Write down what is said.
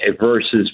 versus